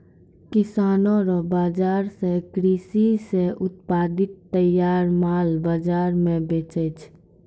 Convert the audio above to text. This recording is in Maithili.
किसानो रो बाजार से कृषि से उत्पादित तैयार माल बाजार मे बेचै छै